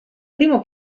primo